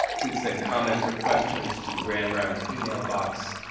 please send comments or questions to the grand rounds email box,